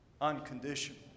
unconditional